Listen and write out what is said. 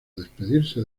despedirse